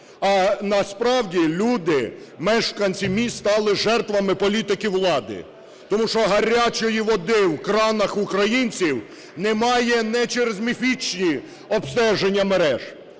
А насправді люди - мешканці міст стали жертвами політики влади, тому що гарячої води в кранах українців немає не через міфічні обстеження мереж,